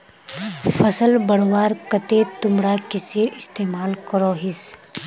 फसल बढ़वार केते तुमरा किसेर इस्तेमाल करोहिस?